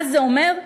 מה זה אומר?